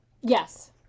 Yes